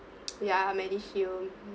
ya mediheal